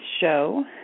show